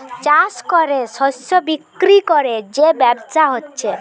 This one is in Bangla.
চাষ কোরে শস্য বিক্রি কোরে যে ব্যবসা হচ্ছে